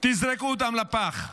תזרקו אותם לפח,